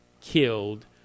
killed